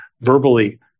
verbally-